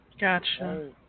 Gotcha